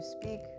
speak